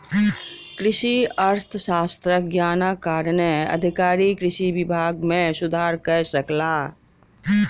कृषि अर्थशास्त्रक ज्ञानक कारणेँ अधिकारी कृषि विभाग मे सुधार कय सकला